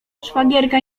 szwagierka